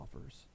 offers